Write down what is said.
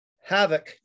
Havoc